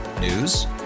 News